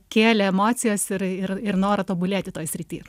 kėlė emocijas ir ir ir norą tobulėti toj srity